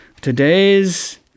Today's